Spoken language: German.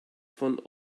von